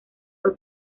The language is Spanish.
fue